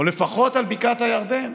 או לפחות על בקעת הירדן,